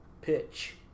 pitch